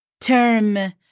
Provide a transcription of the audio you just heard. term